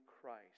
Christ